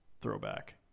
throwback